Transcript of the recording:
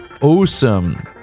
Awesome